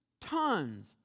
tons